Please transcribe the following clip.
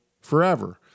forever